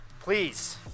please